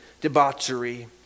debauchery